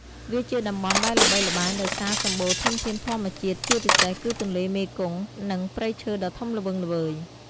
វាជាតំបន់ដែលល្បីល្បាញដោយសារសម្បូរធនធានធម្មជាតិ ជាពិសេសគឺទន្លេមេគង្គ និងព្រៃឈើដ៏ធំល្វឹងល្វើយ។